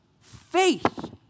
faith